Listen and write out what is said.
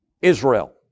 Israel